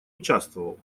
участвовал